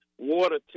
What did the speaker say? water